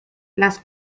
las